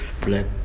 black